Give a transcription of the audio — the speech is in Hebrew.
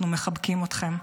אנחנו מחבקים אתכם.